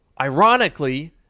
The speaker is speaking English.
Ironically